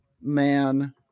Man